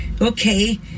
Okay